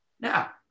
Now